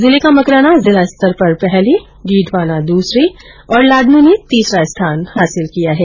जिले का मकराना जिला स्तर पर पहले डीडवाना दसरे और लाडन ने तीसरा स्थान हांसिल किया है